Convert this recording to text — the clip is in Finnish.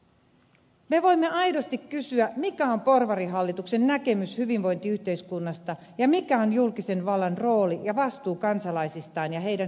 me voimme aidosti kysyä mikä on porvarihallituksen näkemys hyvinvointiyhteiskunnasta ja mikä on julkisen vallan rooli ja vastuu kansalaisistaan ja heidän hyvinvoinnistaan